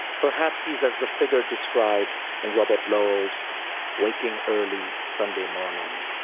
perhaps he's as the figure described in robert lowell's waking early sunday morning.